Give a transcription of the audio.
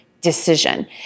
decision